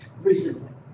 recently